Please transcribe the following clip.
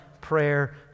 prayer